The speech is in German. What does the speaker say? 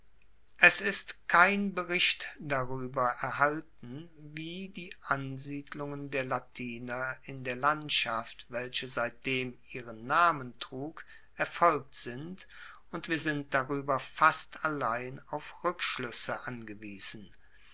es ist kein bericht darueber erhalten wie die ansiedlungen der latiner in der landschaft welche seitdem ihren namen trug erfolgt sind und wir sind darueber fast allein auf rueckschluesse angewiesen